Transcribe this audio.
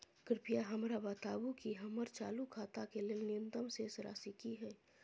कृपया हमरा बताबू कि हमर चालू खाता के लेल न्यूनतम शेष राशि की हय